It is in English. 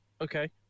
Okay